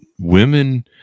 women